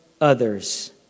others